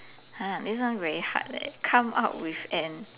!huh! this one very hard [leh]come up with an